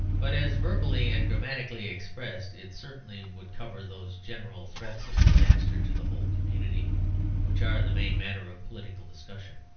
but as verbally and grammatically expressed, it certainly would cover those general threats of disaster to the whole community which are the main matter of political discussion.